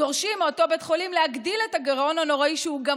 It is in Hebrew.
דורשים מאותו בית חולים להגדיל את הגירעון הנוראי שהוא גם